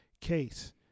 Case